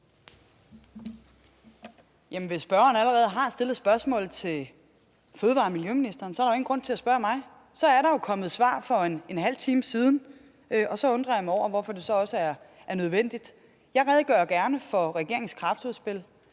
hvis spørgeren allerede har stillet spørgsmålet til miljø- og fødevareministeren, er der jo ingen grund til at spørge mig. Så er der jo kommet svar for en halv time siden, og så undrer jeg mig over, hvorfor det også er nødvendigt at spørge mig. Jeg redegør gerne for regeringens kræftudspil,